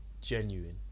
genuine